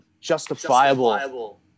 justifiable